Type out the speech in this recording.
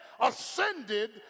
ascended